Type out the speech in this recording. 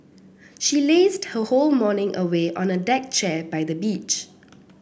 she lazed her whole morning away on a deck chair by the beach